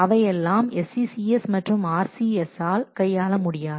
அவையெல்லாம் SCCS மற்றும் RCS ஆல் கையாள முடியாது